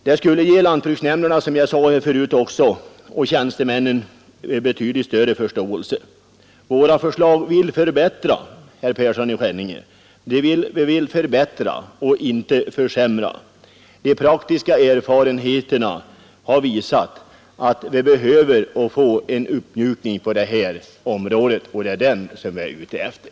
Det skulle också, som jag sade förut, ge lantbruksnämnderna och tjänstemännen en betydligt större förståelse. Med våra förslag vill vi förbättra, herr Persson i Skänninge, och inte försämra. De praktiska erfarenheterna har visat att vi behöver få en uppmjukning på detta område. Det är den vi är ute efter.